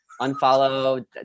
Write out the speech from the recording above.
unfollow